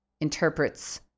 interprets